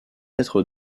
être